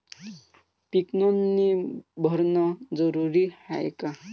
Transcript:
पीक नोंदनी भरनं जरूरी हाये का?